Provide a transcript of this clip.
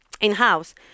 in-house